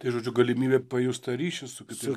tai žodžiu galimybė pajust tą ryšį su kitu